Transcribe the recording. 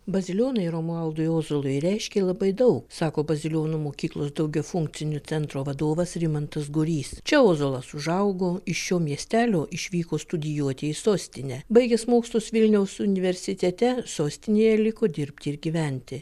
bazilionai romualdui ozolui reiškė labai dau sako bazilionų mokyklos daugiafunkcinio centro vadovas rimantas gorys čia ozolas užaugo iš šio miestelio išvyko studijuoti į sostinę baigęs mokslus vilniaus universitete sostinėje liko dirbti ir gyventi